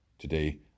Today